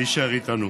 להישאר איתנו.